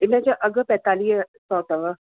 इनजा अघि पंजतालीह सौ अथव